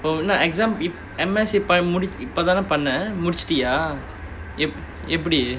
என்ன:enna exam M_S இப்போ தான பண்ண முடிச்சிட்டியா எப்பிடி:ippo thaana panna mudichittiyaa eppidi